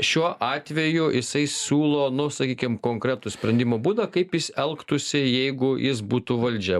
šiuo atveju jisai siūlo nu sakykim konkretų sprendimo būdą kaip jis elgtųsi jeigu jis būtų valdžia